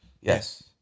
Yes